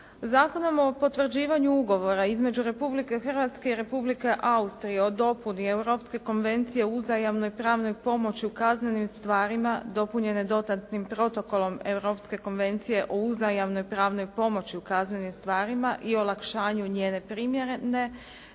Zakonom o potvrđivanju ugovora između Republike Hrvatske i Republike Austrije o dopuni Europske konvencije o uzajamnoj pravnoj pomoći u kaznenim stvarima dopunjene dodatnim Protokolom Europske konvencije o uzajamnoj pravnoj pomoći u kaznenim stvarima i o olakšanju njene primjene,